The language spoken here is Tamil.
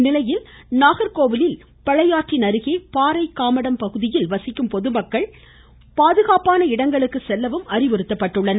இதனிடையே நாகர்கோவிலில் பழையாற்றின் பாறைக்காமடம் அருகே பகுதியில் வசிக்கும் பொதுமக்கள் பாதுகாப்பான இடங்களுக்கு செல்லவும் அறிவுறுத்தப்பட்டுள்ளனர்